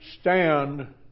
stand